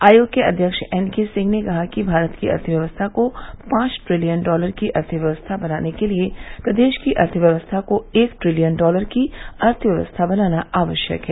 आयोग के अध्यक्ष एन के सिंह ने कहा कि भारत की अर्थव्यवस्था को पांच ट्रिलियन डॉलर की अर्थव्यवस्था बनाने के लिए प्रदेश की अर्थव्यवस्था को एक ट्रिलियन डॉलर की अर्थव्यवस्था बनाना आवश्यक है